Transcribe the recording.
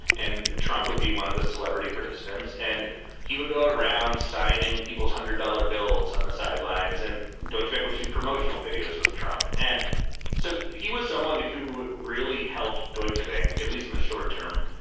and trump would. be one of the celebrity participants. and he would go around signing people's hundred dollar bills on the sidelines and deutsche bank would issue promotional videos with trump. and so he was someone who really helped deutschebank, at least in the short term,